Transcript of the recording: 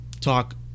talk